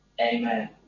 Amen